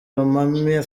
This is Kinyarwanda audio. lomami